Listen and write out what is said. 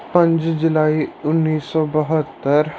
ਪੰਜ ਜੁਲਾਈ ਉੱਨੀ ਸੌ ਬਹੱਤਰ